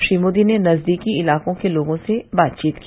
श्री मोदीने नजदीकी इलाकों के लोगों के साथ बातचीत की